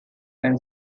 and